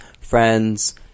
friends